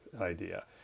idea